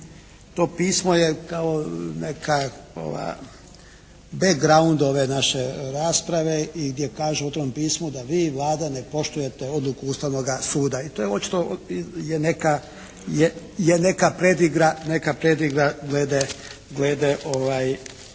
to pismo je kao neki background ove naše rasprave i gdje kaže u tome pismu da vi i Vlada ne poštujete odluku Ustavnoga suda. I to je očito neka predigra glede ove